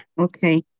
Okay